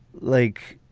like,